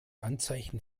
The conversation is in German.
anzeichen